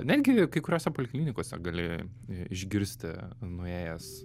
netgi kai kuriose poliklinikose gali i išgirsti nuėjęs